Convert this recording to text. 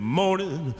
morning